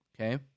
Okay